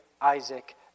Isaac